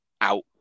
out